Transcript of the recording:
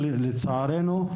לצערנו,